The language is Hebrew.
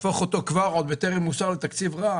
להפוך אותו עוד בטרם אושר לתקציב רע,